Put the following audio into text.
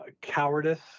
cowardice